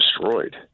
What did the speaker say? destroyed